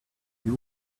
you